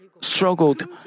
struggled